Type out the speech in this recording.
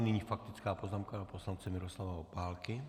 Nyní faktická poznámka pana poslance Miroslava Opálky.